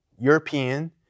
European